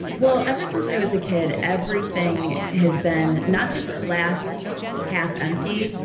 well, ever since i was a kid everything has been not just glass half empty,